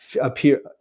appear